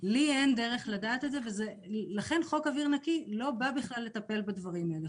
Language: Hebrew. לי אין דרך לדעת את זה ולכן חוק אוויר נקי לא בא לטפל בדברים האלה.